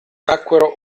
tacquero